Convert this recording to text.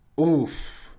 Oof